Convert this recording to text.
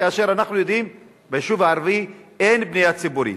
כאשר אנחנו יודעים שביישוב הערבי אין בנייה ציבורית?